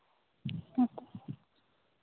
ᱦᱮᱸ